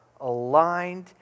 aligned